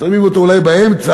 שמים אותו אולי באמצע,